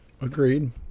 agreed